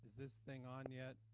this thing on yet.